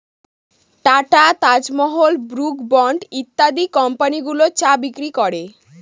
tata, Taj Mahal, Brooke Bond ইত্যাদি company গুলো চা বিক্রি করে